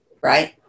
Right